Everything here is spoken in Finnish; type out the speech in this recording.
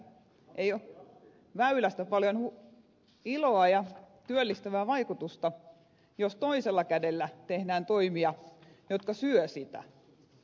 ei ole väylästä paljon iloa ja työllistävää vaikutusta jos toisella kädellä tehdään toimia jotka syövät sitä